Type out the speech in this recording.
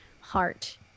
heart